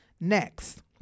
next